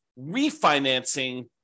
refinancing